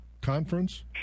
conference